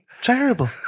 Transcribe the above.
Terrible